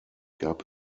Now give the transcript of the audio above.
gab